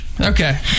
Okay